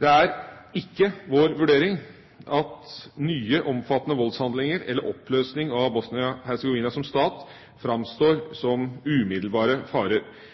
Det er ikke vår vurdering at nye, omfattende voldshandlinger eller oppløsning av Bosnia-Hercegovina som stat framstår som umiddelbare farer.